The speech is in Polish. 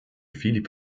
filip